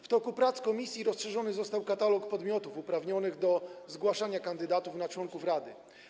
W toku prac komisji rozszerzony został katalog podmiotów uprawnionych do zgłaszania kandydatów na członków rady.